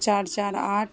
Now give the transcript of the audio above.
چار چار آٹھ